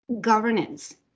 governance